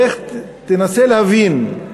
לך תנסה להבין,